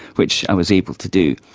which i was able to do.